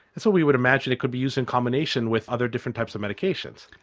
so we would imagine it could be used in combination with other different types of medications.